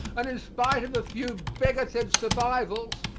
and in spite of a few bigoted survivals,